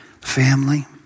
family